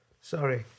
Sorry